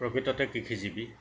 প্ৰকৃততে কৃষিজীৱি